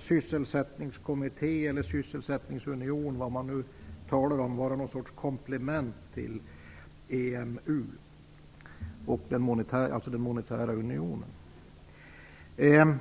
sysselsättningskommittén eller sysselsättningsunionen vara någon sorts komplement till EMU, den monetära unionen.